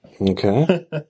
Okay